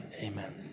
Amen